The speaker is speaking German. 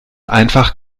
einfach